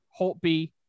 Holtby